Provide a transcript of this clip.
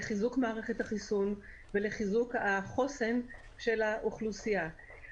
לחיזוק מערכת החיסון ולחיזוק החוסן של האוכלוסייה.